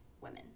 women